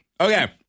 Okay